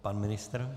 Pan ministr?